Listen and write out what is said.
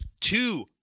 two